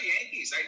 Yankees